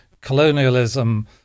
colonialism